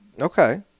Okay